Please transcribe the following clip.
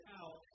out